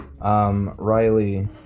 Riley